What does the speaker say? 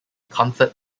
comfort